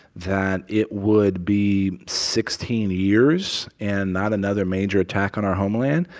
that it would be sixteen years and not another major attack on our homeland,